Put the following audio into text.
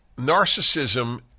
narcissism